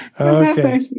okay